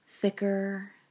thicker